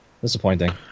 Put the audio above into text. Disappointing